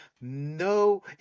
No